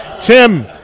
Tim